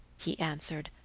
he answered,